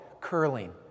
curling